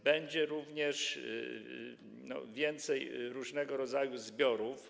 Będzie również więcej różnego rodzaju zbiorów.